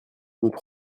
nous